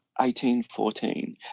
1814